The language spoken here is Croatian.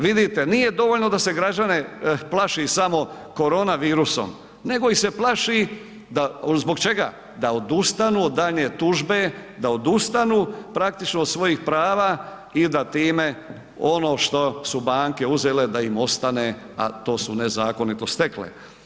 Vidite, nije dovoljno da se građane plaši samo koronavirusom nego ih se plaši da, zbog čega, da odustanu od daljnje tužbe, da odustanu praktično od svojih prava i da time ono što su banke uzele, da im ostane, a to su nezakonito stekle.